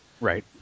right